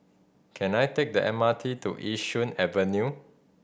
can I take the M R T to Yishun Avenue